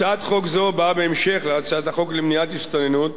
הצעת חוק זו באה בהמשך להצעת החוק למניעת הסתננות